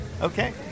Okay